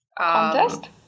Contest